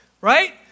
right